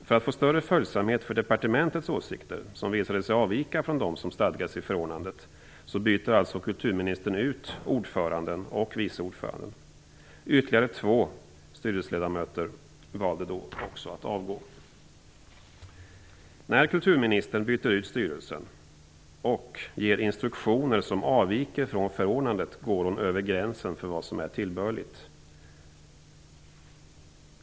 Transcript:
För att få större följsamhet för departementets åsikter, som visade sig avvika från dem som stadgas i förordnandet, bytte alltså kulturministern ut ordföranden och vice ordföranden. Ytterligare två styrelseledamöter valde då också att avgå. När kulturministern bytte ut styrelsen och gav instruktioner som avvek från förordnandet gick hon över gränsen för vad som är tillbörligt.